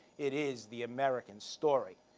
it is the american story.